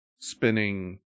Spinning